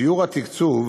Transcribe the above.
שיעור התקצוב